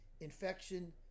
infection